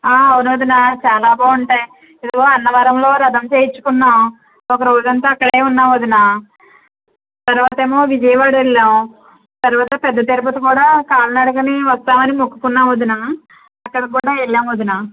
అవును వదిన చాలా బాగుంటాయి ఇదిగో అన్నవరంలో వ్రతం చేయిచ్చుకున్నాం ఒక రోజంతా అక్కడే ఉన్నాం వదినా తరవాతేమో విజయవాడ వెళ్ళాం తర్వాత పెద్ద తిరుపతి వెళ్ళాం పెద్ద తిరుపతి కూడా కాలినడకనే వస్తామని మొక్కుకున్నాం వదినా అక్కడి కూడా వెళ్ళాం వదినా